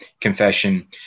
Confession